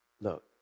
Look